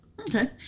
Okay